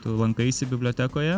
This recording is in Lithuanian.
tu lankaisi bibliotekoje